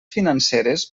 financeres